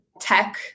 tech